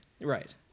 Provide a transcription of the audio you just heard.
right